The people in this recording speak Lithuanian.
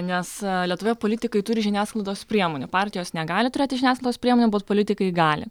nes lietuvoje politikai turi žiniasklaidos priemonių partijos negali turėti žiniasklaidos priemonių bet politikai gali